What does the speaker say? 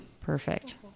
Perfect